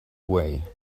way